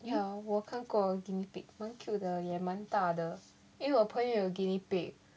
ya 我看过 guinea pig 蛮 cute 的也蛮大的因为我朋友有 guinea pig